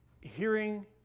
Hearing